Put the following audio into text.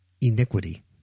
Iniquity